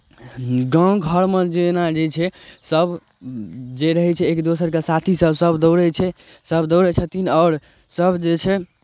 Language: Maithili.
गाँव घरमे जेना जे छै सभ जे रहै छै एक दोसरके साथीसभ सभ दौड़ै छै सभ दौड़ै छथिन आओर सभ जे छै